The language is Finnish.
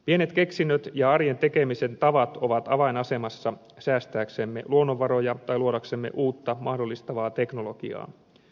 pienet keksinnöt ja arjen tekemisen tavat ovat avainasemassa säästääksemme luonnonvaroja tai luodaksemme uutta mahdollistavaa teknologiaa